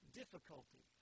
difficulty